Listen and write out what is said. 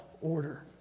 order